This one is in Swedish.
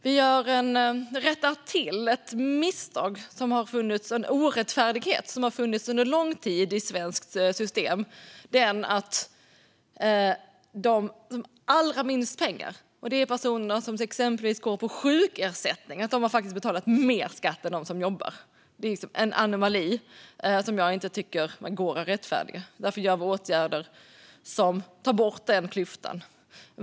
Vi rättar till ett misstag, en orättfärdighet, som har funnits under lång tid i det svenska systemet, nämligen att de som har allra minst pengar, till exempel de som har sjukersättningar, faktiskt har betalat mer skatt än de som jobbar. Det är en anomali som inte kan rättfärdigas. Därför vidtar vi åtgärder som tar bort den klyftan.